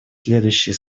следующие